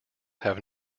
have